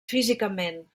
físicament